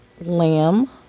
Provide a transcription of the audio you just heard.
lamb